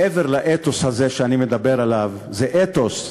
מעבר לאתוס הזה שאני מדבר עליו, זה אתוס.